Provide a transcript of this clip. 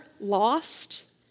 lost